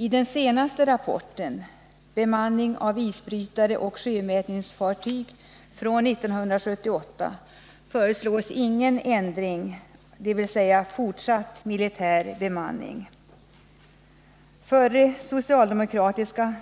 I den senaste rapporten, Bemanning av isbrytare och sjömätningsfartyg från 1978, föreslås ingen ändring, dvs. fortsatt militär bemanning. Förre socialdemokratiske